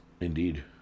Indeed